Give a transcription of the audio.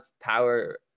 power